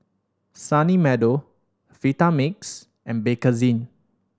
Sunny Meadow Vitamix and Bakerzin